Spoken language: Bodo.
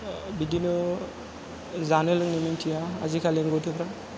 बिदिनो जानो लोंनो मिथिया आजिखालिनि गथ'फ्रा